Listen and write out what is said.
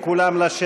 לוועדת החוקה,